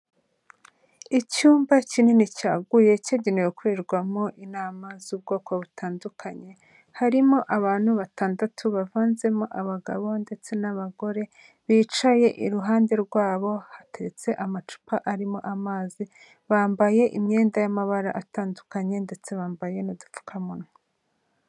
Icyumba kinini cyaguye cyagenewe gukorerwamo inama z'ubwoko butandukanye, harimo abantu batandatu bavanzemo abagabo ndetse n'abagore bicaye iruhande rwabo. hatetse amacupa arimo amazi, bambaye imyenda y'amabara atandukanye ndetse bambaye n'udupfukamunwa.